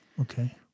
Okay